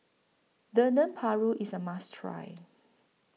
Dendeng Paru IS A must Try